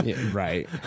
right